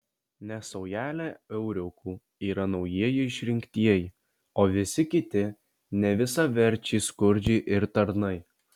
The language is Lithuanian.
nes saujelė euriukų yra naujieji išrinktieji o visi kiti nevisaverčiai skurdžiai ir tarnai